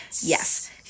Yes